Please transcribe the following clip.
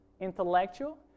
intellectual